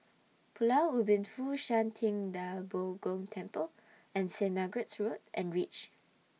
Pulau Ubin Fo Shan Ting DA Bo Gong Temple and Saint Margaret's Road and REACH